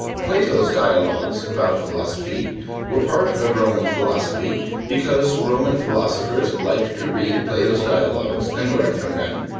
plato's dialogs about philosophy were part of roman philosophy because roman philosophers liked to read plato's dialogs and learn from them,